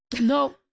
No